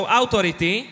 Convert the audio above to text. authority